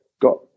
got